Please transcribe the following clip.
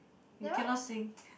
you cannot sing